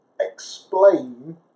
explain